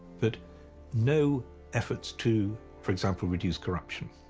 but no efforts to for example reduce corruption